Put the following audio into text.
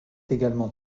également